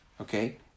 Okay